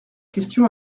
question